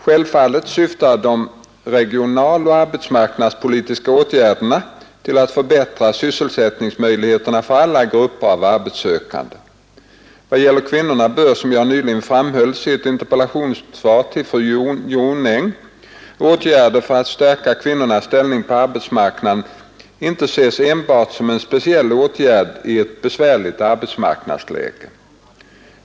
Självfallet syftar de regionaloch arbetsmarknadspolitiska åtgärderna till att förbättra sysselsättningsmöjligheterna för alla grupper av arbetssökande. I vad gäller kvinnorna bör, som jag nyligen framhöll i ett interpellationssvar till fru Jonäng, åtgärder för att stärka kvinnornas ställning på arbetsmarknaden inte ses enbart som en speciell åtgärd i ett besvärligt arbetsmarknadsläge.